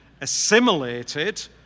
assimilated